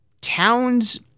Towns